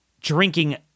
drinking